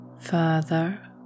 further